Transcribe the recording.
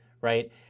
right